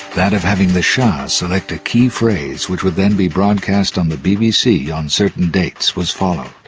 that of having the shah select a key phrase which would then be broadcast on the bbc on certain dates, was followed.